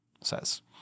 says